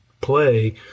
play